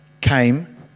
came